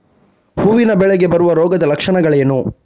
ಹೂವಿನ ಬೆಳೆಗೆ ಬರುವ ರೋಗದ ಲಕ್ಷಣಗಳೇನು?